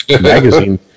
Magazine